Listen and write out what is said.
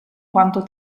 quanto